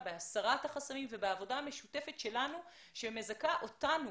בהסרת החסמים ובעבודה המשותפת שלנו שמזכה אותנו